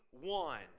one